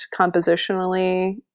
compositionally